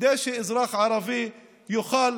כדי שאזרח ערבי יוכל